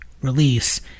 release